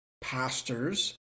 pastors